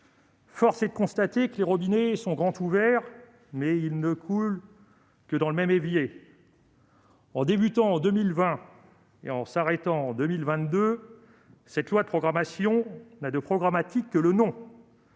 Force est de constater que les robinets sont grands ouverts, mais coulent dans le même évier. En commençant en 2020 et en s'arrêtant en 2022, cette loi de programmation n'a de programmatique que le nom.